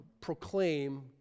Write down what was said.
proclaim